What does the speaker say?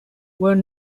were